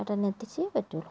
ഏട്ടന് എന്നെ എത്തിച്ചേ പറ്റുള്ളൂ